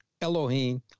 Elohim